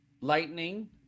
lightning